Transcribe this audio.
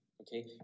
Okay